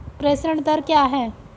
प्रेषण दर क्या है?